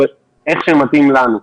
איך שמתאים לנו.